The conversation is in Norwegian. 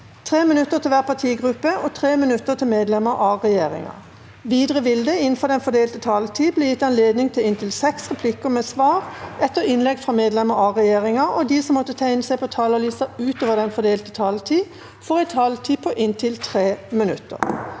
3 minutter til hver partigruppe og 3 minutter til medlemmer av regjeringa. Videre vil det – innenfor den fordelte taletid – bli gitt anledning til inntil seks replikker med svar etter innlegg fra medlemmer av regjeringa, og de som måtte tegne seg på talerlista utover den fordelte taletid, får også en taletid på inntil 3 minutter.